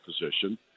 position